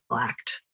act